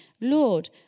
Lord